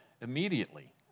immediately